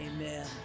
amen